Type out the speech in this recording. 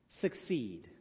succeed